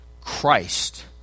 Christ